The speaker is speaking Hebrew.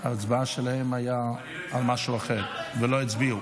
אין ההצעה להעביר את הנושא